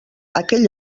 aquell